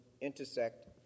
intersect